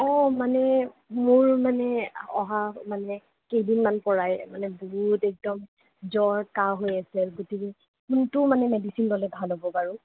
অঁ মানে মোৰ মানে অহা মানে কেইদিনমান পৰাই মানে বহুত একদম জ্বৰ কাঁহ হৈ আছে গতিকে কোনটো মানে মেডিচিন ল'লে ভাল হব বাৰু